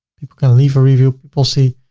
people can leave a review people see,